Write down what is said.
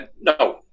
no